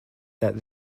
that